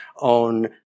on